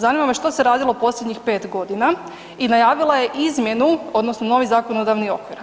Zanima me što se radilo posljednjih 5 godina i najavila je izmjenu, odnosno novi zakonodavni okvir.